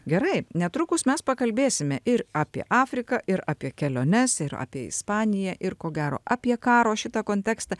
gerai netrukus mes pakalbėsime ir apie afriką ir apie keliones ir apie ispaniją ir ko gero apie karo šitą kontekstą